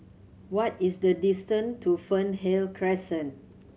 what is the distant to Fernhill Crescent